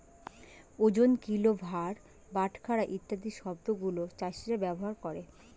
ওজন, কিলো, ভার, বাটখারা ইত্যাদি শব্দ গুলো চাষীরা ব্যবহার করে